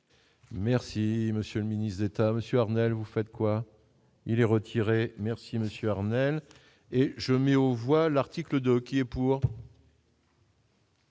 Merci monsieur le ministre d'État, Monsieur Arnell, vous faites quoi. Il est retiré, merci monsieur Arnell et je mets au voile, article 2 qui est pour.